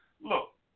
look